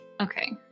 Okay